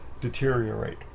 deteriorate